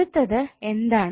അടുത്തത് എന്താണ്